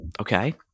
Okay